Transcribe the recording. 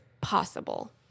possible